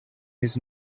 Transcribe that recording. his